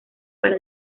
para